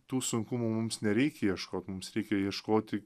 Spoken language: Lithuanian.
tų sunkumų mums nereikia ieškot mums reikia ieškoti